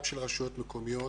גם של רשויות מקומיות